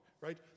right